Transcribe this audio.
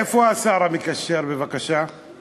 איפה השר המקשר, בבקשה?